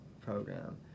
program